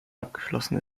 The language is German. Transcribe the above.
abgeschlossen